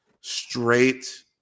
straight